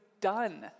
done